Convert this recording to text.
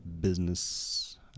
business